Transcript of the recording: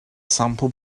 sampl